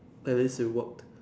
at least you worked